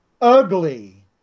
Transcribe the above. ugly